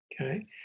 Okay